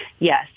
Yes